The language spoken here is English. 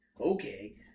okay